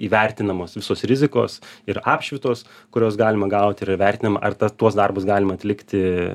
įvertinamos visos rizikos ir apšvitos kurios galima gauti yra vertinama ar ta tuos darbus galima atlikti